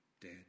dead